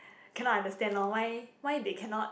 cannot understand lor why why they cannot